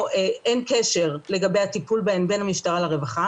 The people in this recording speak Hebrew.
או אין קשר לגבי הטיפול בהן בין המשטרה לרווחה